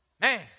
Man